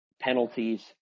Penalties